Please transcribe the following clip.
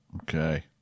Okay